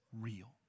real